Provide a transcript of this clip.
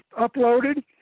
uploaded